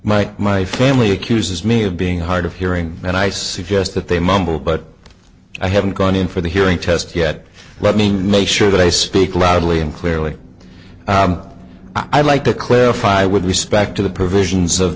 might my family accuses me of being hard of hearing and i suggest that they mumble but i haven't gone in for the hearing test yet let me make sure that i speak loudly and clearly i'd like to clarify with respect to the provisions of